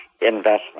investment